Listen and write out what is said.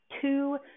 two